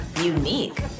unique